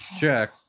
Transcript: check